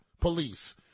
police